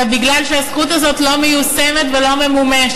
אלא מפני שהזכות הזאת לא מיושמת ולא ממומשת,